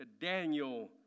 Daniel